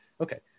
Okay